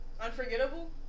Unforgettable